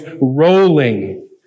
rolling